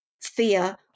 fear